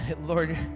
Lord